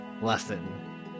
lesson